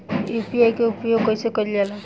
UPI के उपयोग कइसे कइल जाला?